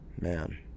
man